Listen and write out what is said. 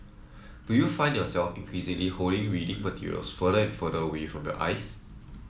do you find yourself increasingly holding reading materials further and further away from your eyes